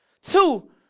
Two